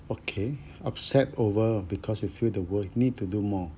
okay upset over because you feel the world need to do more